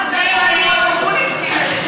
מה זה הדברים הפופוליסטיים האלה?